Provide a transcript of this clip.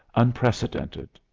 unprecedented.